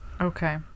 Okay